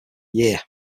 year